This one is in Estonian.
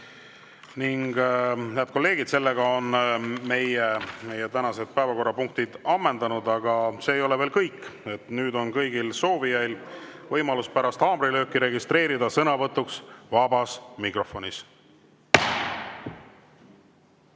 Head kolleegid, meie tänased päevakorrapunktid on ammendunud. Aga see ei ole veel kõik. Nüüd on kõigil soovijail võimalus pärast haamrilööki registreeruda sõnavõtuks vabas mikrofonis.